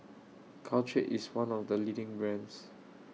Caltrate IS one of The leading brands